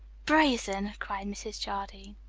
brazen! cried mrs. jardine.